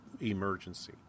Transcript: emergency